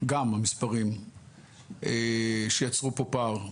גם המספרים שיצרו פה פער,